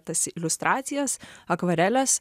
tas iliustracijas akvareles